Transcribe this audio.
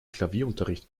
klavierunterricht